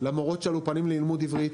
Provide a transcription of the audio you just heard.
למורות של האולפנים ללימוד עברית,